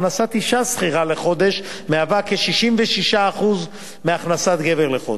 הכנסת אשה שכירה לחודש מהווה כ-66% מהכנסת גבר לחודש,